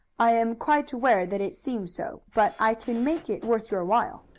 i am quite aware that it seems so, but i can make it worth your while.